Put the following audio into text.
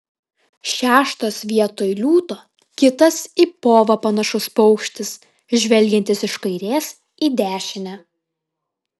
šeštas vietoj liūto kitas į povą panašus paukštis žvelgiantis iš kairės į dešinę